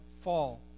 fall